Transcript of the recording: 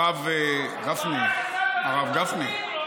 הרב גפני, הרב גפני, לא